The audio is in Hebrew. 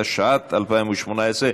התשע"ט 2018,